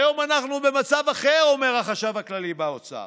היום אנחנו במצב אחר", אומר החשב הכללי באוצר.